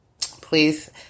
please